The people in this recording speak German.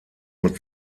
nur